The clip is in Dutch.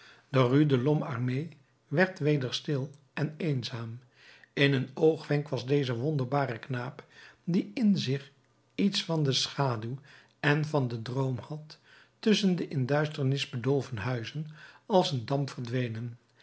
de rue de l'homme armé werd weder stil en eenzaam in een oogwenk was deze wonderbare knaap die in zich iets van de schaduw en van den droom had tusschen de in de duisternis bedolven huizen als een damp verdwenen